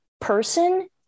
person